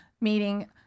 meeting